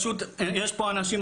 יש פה אנשים,